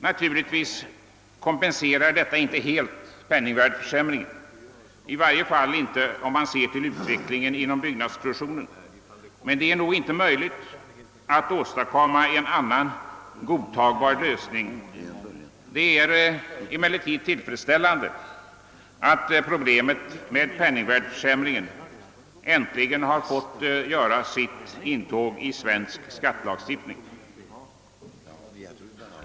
Naturligtvis kompenserar detta inte helt penningvärdeförsämringen, i varje fall inte om man ser till utvecklingen inom byggnadsproduktionen, men det är nog inte möjligt att åstadkomma en annan godtagbar lösning. Det är emellertid tillfredsställande att problemet med penningvärdeförsämringen äntligen har fått göra sitt intåg i svensk skattelagstiftning.